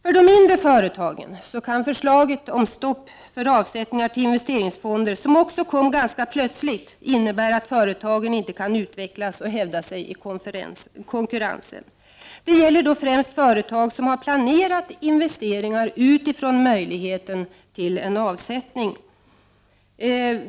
För de mindre företagen kan förslaget om stopp för avsättningar till investeringsfonder, som också kom ganska plötsligt, innebära att företagen inte kan utvecklas och hävda sig i konkurrensen. Det gäller då främst företag som har planerat investeringar utifrån möjligheten till en avsättning.